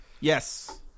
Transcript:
Yes